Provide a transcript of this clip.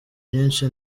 myinshi